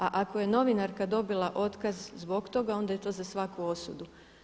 A ako je novinarka dobila otkaz zbog toga onda je to za svaku osudu.